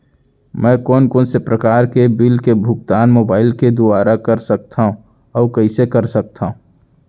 मैं कोन कोन से प्रकार के बिल के भुगतान मोबाईल के दुवारा कर सकथव अऊ कइसे कर सकथव?